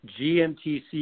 GMTC